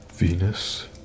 Venus